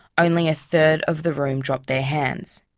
only a third of the room dropped their hands.